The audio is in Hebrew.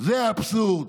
זה האבסורד.